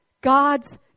God's